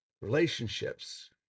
relationships